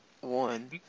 one